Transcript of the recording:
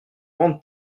rendre